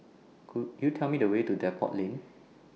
Could YOU Tell Me The Way to Depot Lane